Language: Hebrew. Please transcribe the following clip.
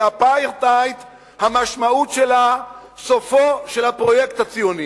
כי אפרטהייד המשמעות שלה סופו של הפרויקט הציוני.